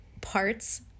parts